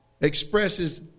expresses